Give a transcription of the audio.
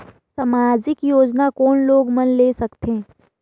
समाजिक योजना कोन लोग मन ले सकथे?